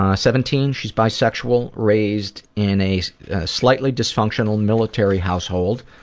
ah seventeen, she's bisexual, raised in a slightly dysfunctional military household.